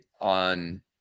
on